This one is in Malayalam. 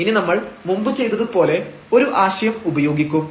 ഇനി നമ്മൾ മുമ്പ് ചെയ്തത് പോലെ ഒരു ആശയം ഉപയോഗിക്കും